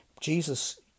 Jesus